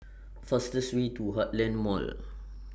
fastest Way to Heartland Mall